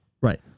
right